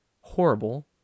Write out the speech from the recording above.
horrible